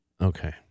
Okay